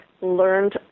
learned